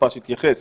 שהמתפ"ש יתייחס